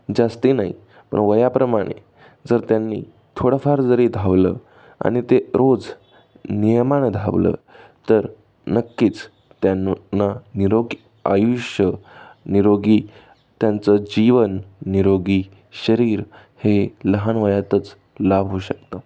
जास्त नाही पण वयाप्रमाणे जर त्यांनी थोडंफार जरी धावलं आणि ते रोज नियमानं धावलं तर नक्कीच त्यांना निरोगी आयुष्य निरोगी त्यांचं जीवन निरोगी शरीर हे लहान वयातच लाभ होऊ शकतं